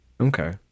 Okay